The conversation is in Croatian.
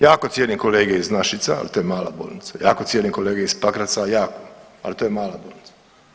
Jako cijenim kolege iz Našica, ali to je mala bolnica, jako cijenim kolege iz Pakraca jako, ali to je mala bolnica.